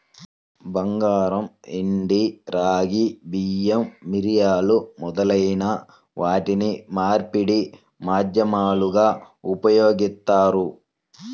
బంగారం, వెండి, రాగి, బియ్యం, మిరియాలు మొదలైన వాటిని మార్పిడి మాధ్యమాలుగా ఉపయోగిత్తారు